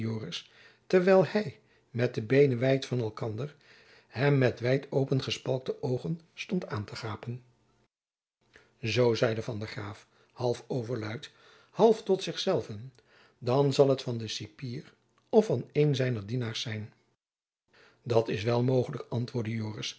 terwijl hy met de beenen wijd van elkander hem met wijd opengespalkte oogen stond aan te gapen zoo zeide van der graef half overluid half tot zich zelven dan zal t van den cipier of van een zijner dienaars zijn dat s wel mogelijk antwoordde